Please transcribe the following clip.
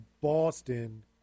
Boston